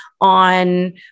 on